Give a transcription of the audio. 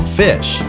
fish